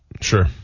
Sure